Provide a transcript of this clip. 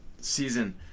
season